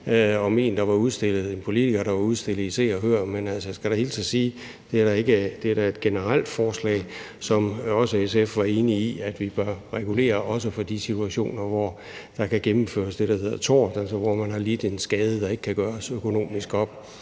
om en politiker, der var udstillet i Se og Hør, men jeg skal da hilse og sige, at det er et generelt forslag, som også SF var enig i, altså at vi bør regulere også for de situationer, hvor der kan gennemføres det, der hedder tort, nemlig hvor man har lidt en skade, der ikke kan gøres økonomisk op.